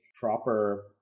proper